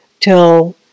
till